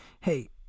Hey